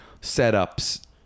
setups